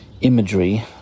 imagery